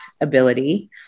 ability